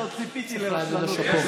ממך לא ציפיתי לרשלנות כזאת.